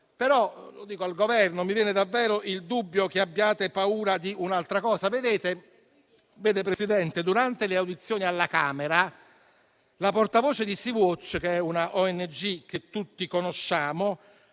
rivolgo al Governo: mi viene davvero il dubbio che abbiate paura di un'altra cosa. Signor Presidente, durante le audizioni alla Camera, la portavoce di Sea Watch, che è una ONG che tutti conosciamo,